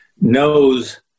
knows